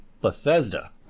Bethesda